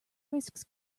risks